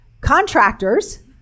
Contractors